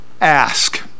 Ask